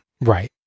Right